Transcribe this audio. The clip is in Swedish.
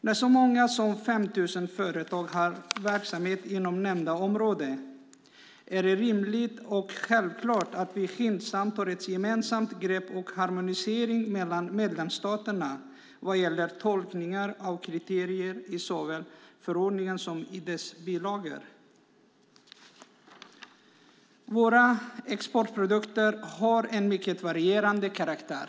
När så många som 5 000 företag har verksamhet inom nämnda område är det rimligt och självklart att vi skyndsamt tar ett gemensamt grepp och får en harmonisering mellan medlemsstaterna vad gäller tolkningar av kriterier såväl i förordningen som i dess bilagor. Våra exportprodukter är av mycket varierad karaktär.